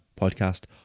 podcast